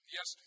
Yes